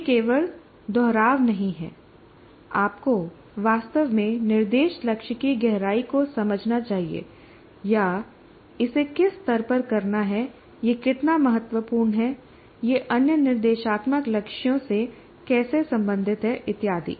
यह केवल दोहराव नहीं है आपको वास्तव में निर्देश लक्ष्य की गहराई को समझना चाहिए या इसे किस स्तर पर करना है यह कितना महत्वपूर्ण है यह अन्य निर्देशात्मक लक्ष्यों से कैसे संबंधित है इत्यादि